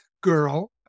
girl